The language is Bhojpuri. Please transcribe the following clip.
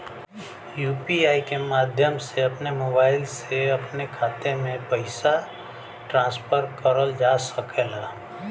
यू.पी.आई के माध्यम से अपने मोबाइल से अपने खाते में पइसा ट्रांसफर करल जा सकला